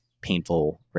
painful